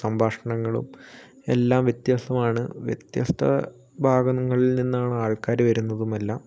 സംഭാഷണങ്ങളും എല്ലാം വ്യത്യാസമാണ് വ്യത്യസ്ത ഭാഗങ്ങളിൽ നിന്നാണ് ആൾക്കാർ വരുന്നതും എല്ലാം